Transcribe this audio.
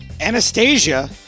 Anastasia